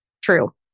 true